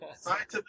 Scientific